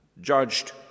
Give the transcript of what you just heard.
Judged